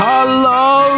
Hello